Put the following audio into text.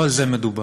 לא על זה מדובר.